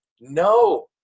no